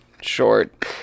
Short